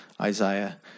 Isaiah